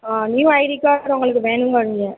new ID card உங்களுக்கு வேணும்னால் நீங்கள்